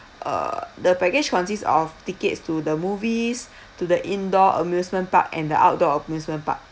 uh the package consists of tickets to the movies to the indoor amusement park and the outdoor amusement park